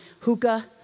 hookah